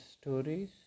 stories